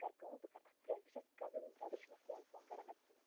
بہٕ کَرٕ کٲم بہٕ کَرٕ اَتھ پرٮ۪س بہٕ چھَس کزنٕزنہٕ خٲطرٕ چھِ مےٚ فون فون کَران مےٚ دوٚپ تٔمِس